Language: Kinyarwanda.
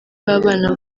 b’abana